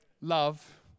love